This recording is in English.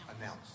Announce